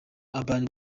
urban